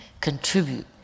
contribute